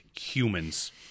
humans